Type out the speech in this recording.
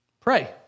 pray